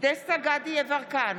דסטה גדי יברקן,